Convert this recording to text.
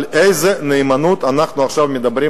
על איזה נאמנות אנחנו עכשיו מדברים,